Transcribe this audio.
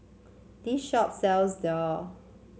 this shop sells daal